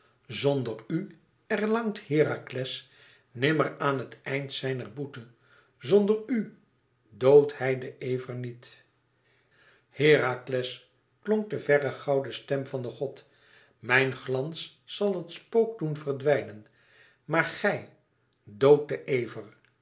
zonder ù erlangt herakles nimmer aan het eind zijner boete zonder ù doodt hij den ever niet herakles klonk de verre gouden stem van den god mijn glans zal het spook doen verdwijnen maar gij doodt den ever